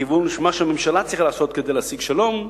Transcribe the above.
לכיוון של מה שהממשלה צריכה לעשות כדי להשיג שלום,